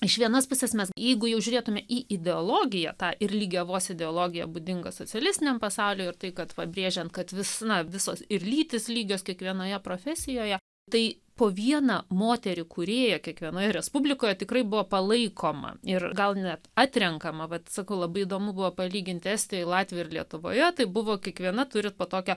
iš vienos pusės mes jeigu jau žiūrėtumėme į ideologiją tą ir lygiavos ideologija būdinga socialistiniam pasauliui ir tai kad pabrėžiant kad visada visos ir lytis lygios kiekvienoje profesijoje tai po vieną moterį kūrėją kiekvienoje respublikoje tikrai buvo palaikoma ir gal net atrenkama vat sakau labai įdomu buvo palyginti estijoje latvijoje lietuvoje tai buvo kiekviena turi po tokio